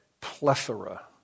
plethora